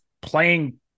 playing